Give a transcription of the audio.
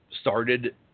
started